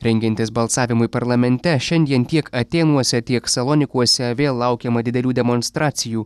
rengiantis balsavimui parlamente šiandien tiek atėnuose tiek salonikuose vėl laukiama didelių demonstracijų